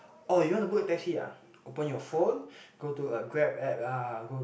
oh you want to book taxi ah open your phone go to a Grab app ah go to